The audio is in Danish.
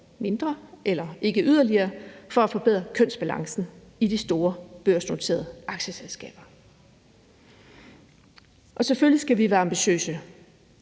mindre eller ikke yderligere for at forbedre kønsbalancen i de store børsnoterede aktieselskaber. Og selvfølgelig skal vi være ambitiøse,